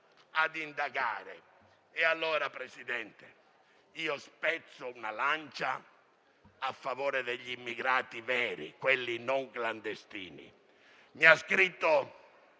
Presidente, spezzo una lancia a favore degli immigrati veri, quelli non clandestini. Mi ha scritto